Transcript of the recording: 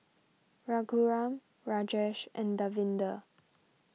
Raghuram Rajesh and Davinder